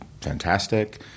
fantastic